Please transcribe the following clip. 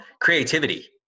creativity